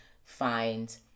Find